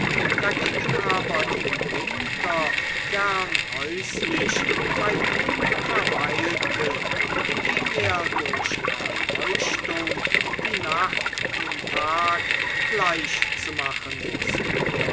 dagegen aber im winter gern häuslich bei ihm verweilte indem er durch erleuchtung die nacht dem tag gleich zu machen wußte